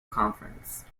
conference